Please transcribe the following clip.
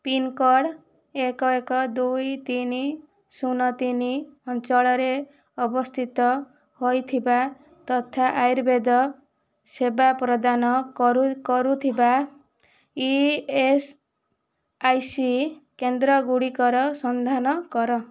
pin code ଏକ ଏକ ଦୁଇ ତିନି ଶୂନ ତିନି ଅଞ୍ଚଳରେ ଅବସ୍ଥିତ ହୋଇଥିବା ତଥା ଆୟୁର୍ବେଦ ସେବା ପ୍ରଦାନ କରୁଥିବା ଇଏସ୍ଆଇସି କେନ୍ଦ୍ରଗୁଡ଼ିକର ସନ୍ଧାନ କର